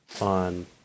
on